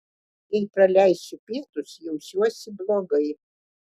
jei praleisiu pietus jausiuosi blogai